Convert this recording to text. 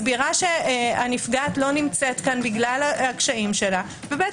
מסבירה שהנפגעת לא נמצאת כאן בגלל הקשיים שלה ובית